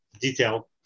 detail